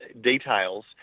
details